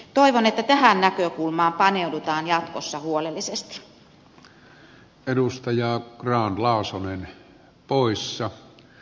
toivon että tähän näkökulmaan paneudutaan jatkossa huolellisesti